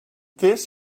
this